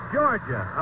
Georgia